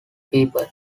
people